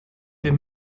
wir